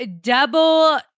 double